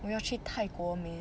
我要去泰国 man